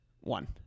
One